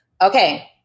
Okay